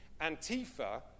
Antifa